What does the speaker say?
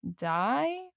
die